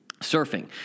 surfing